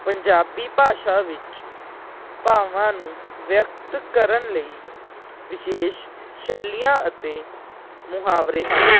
ਪੰਜਾਬੀ ਭਾਸ਼ਾ ਵਿੱਚ ਭਾਵਾਂ ਨੂੰ ਵਿਅਕਤ ਕਰਨ ਲਈ ਵਿਸ਼ੇਸ਼ ਸ਼ੈਲੀਆਂ ਅਤੇ ਮੁਹਾਵਰੇ ਹਨ